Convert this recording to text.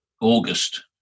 August